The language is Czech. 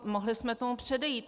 Mohli jsme tomu předejít.